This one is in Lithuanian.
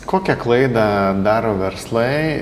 kokią klaidą daro verslai